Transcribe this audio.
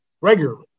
regularly